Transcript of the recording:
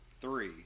three